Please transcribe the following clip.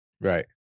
right